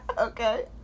Okay